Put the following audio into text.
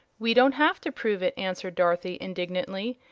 we don't have to prove it, answered dorothy, indignantly.